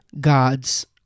God's